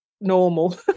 normal